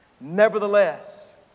Nevertheless